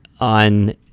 on